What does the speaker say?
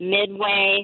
Midway